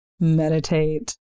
meditate